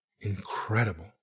incredible